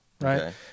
Right